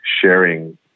sharing